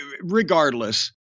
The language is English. Regardless